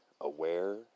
aware